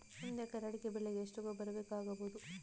ಒಂದು ಎಕರೆ ಅಡಿಕೆ ಬೆಳೆಗೆ ಎಷ್ಟು ಗೊಬ್ಬರ ಬೇಕಾಗಬಹುದು?